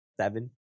seven